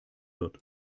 wird